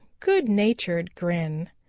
good-natured grin.